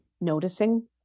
noticing